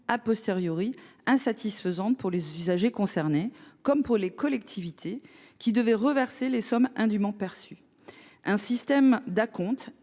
taxation, insatisfaisante pour les usagers concernés comme pour les collectivités qui devaient reverser les sommes indûment perçues. Un système d’acomptes